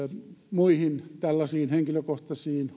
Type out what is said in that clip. muihin tällaisiin henkilökohtaisiin